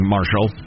Marshall